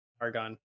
Argon